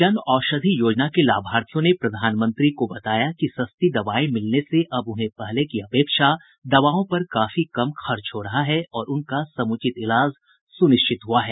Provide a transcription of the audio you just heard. जन औषधि योजना के लाभार्थियों ने प्रधानमंत्री को बताया कि सस्ती दवाएं मिलने से अब उन्हें पहले की अपेक्षा दवाओं पर काफी कम खर्च हो रहा है और उनका समुचित इलाज सुनिश्चित हुआ है